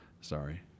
Sorry